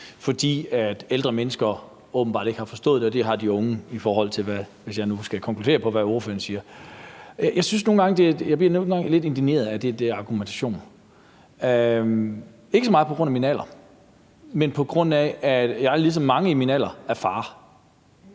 fordi ældre mennesker åbenbart ikke har forstået det, og at det har de unge – hvis jeg nu skal konkludere på, hvad ordføreren siger. Jeg bliver nogle gange lidt indigneret over den der argumentation, ikke så meget på grund af min alder, men på grund af at jeg ligesom mange andre på min alder er far,